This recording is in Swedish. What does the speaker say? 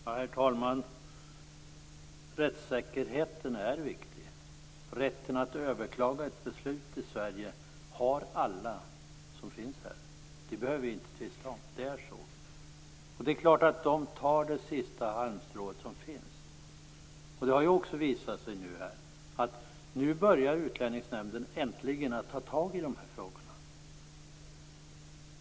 Herr talman! Rättssäkerheten är viktig. Rätten att överklaga ett beslut i Sverige har alla som befinner sig här. Det behöver vi inte tvista om. Det är så. Det är klart att de tar det sista halmstrå som finns. Det har också visat sig att nu börjar Utlänningsnämnden äntligen ta tag i dessa frågor.